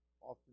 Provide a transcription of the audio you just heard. Often